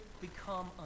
become